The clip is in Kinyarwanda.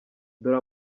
dore